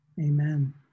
Amen